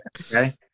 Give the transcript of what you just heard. Okay